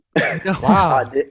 Wow